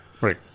Right